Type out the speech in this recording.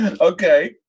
Okay